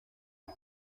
las